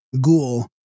Ghoul